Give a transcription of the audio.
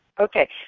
Okay